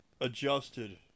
adjusted